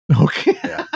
Okay